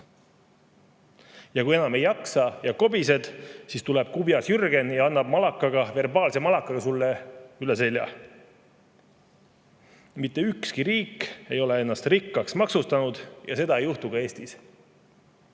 Kui enam ei jaksa ja kobised, siis tuleb kubjas Jürgen ja annab verbaalse malakaga sulle üle selja. Mitte ükski riik ei ole ennast rikkaks maksustanud ja seda ei juhtu ka Eestis.